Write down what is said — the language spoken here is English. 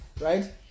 right